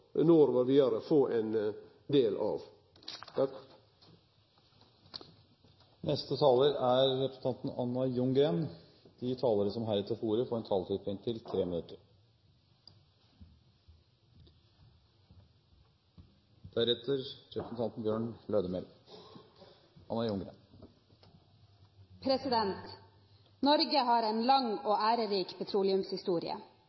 når vi går vidare, få ein del av. De talere som heretter får ordet, har en taletid på inntil 3 minutter. Norge har en lang